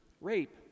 rape